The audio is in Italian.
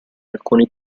alcuni